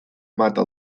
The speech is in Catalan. mata